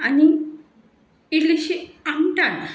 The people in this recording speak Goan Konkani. आनी इल्लीशी आमटाण